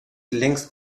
längst